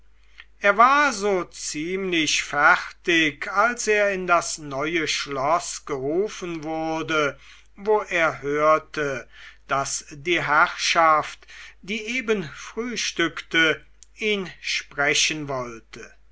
er war so ziemlich fertig als er in das neue schloß gerufen wurde wo er hörte daß die herrschaft die eben frühstückte ihn sprechen wollte